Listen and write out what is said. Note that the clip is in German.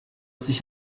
sich